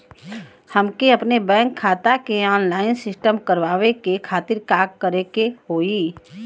हमके अपने बैंक खाता के ऑनलाइन सिस्टम करवावे के खातिर का करे के होई?